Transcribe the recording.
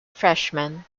freshman